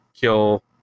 kill